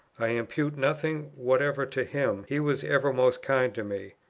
i impute nothing whatever to him, he was ever most kind to me.